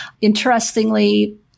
Interestingly